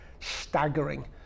Staggering